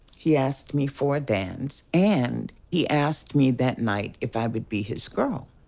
he asked me for a dance, and he asked me that night if i would be his girl.